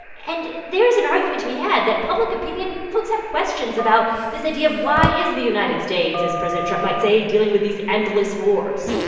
and there is an argument to be had that public opinion folks have questions about this idea of, why is the united states, as president trump might say, dealing with these endless wars?